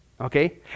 okay